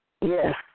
Yes